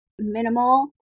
minimal